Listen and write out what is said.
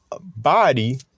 body